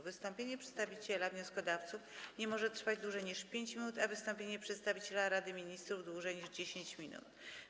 Wystąpienie przedstawiciela wnioskodawców nie może trwać dłużej niż 5 minut, a wystąpienie przedstawiciela Rady Ministrów - dłużej niż 10 minut.